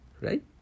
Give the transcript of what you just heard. right